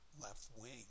left-wing